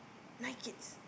nine kids